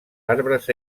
arbres